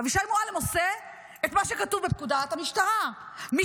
אבישי מועלם עושה את מה שכתוב בפקודת המשטרה: מי